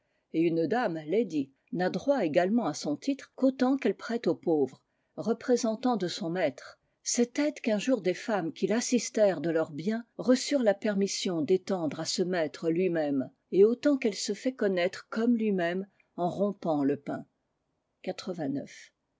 et une dame lady n'a droit légalement à son titre qu'autant qu'elle prête aux pauvres représentants de son maître cette aide qu'un jour des femmes qui l'assistèrent de leurs biens reçurent la permission d'étendre à ce maître lui-même et autant qu'elle se fait connaître comme lui-même en rompant le pain